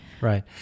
Right